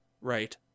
right